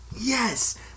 Yes